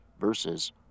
versus